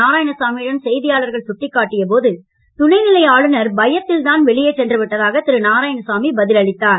நாராயணசாமியிடம் செய்தியாளர்கள் சுட்டிக் காட்டிய போது துணைநலை ஆளுநர் பயத்தில்தான் வெளியே சென்று விட்டதாக திரு நாராயணசாமி பதில் அளித்தார்